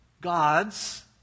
gods